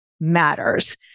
matters